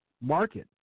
market